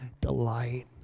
delight